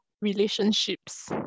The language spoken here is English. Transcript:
relationships